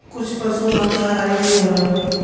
कुछ पसु मांसाहारी भी होलन